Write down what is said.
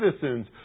citizens